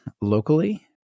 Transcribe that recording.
locally